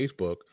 Facebook